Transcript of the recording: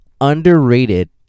underrated